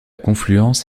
confluence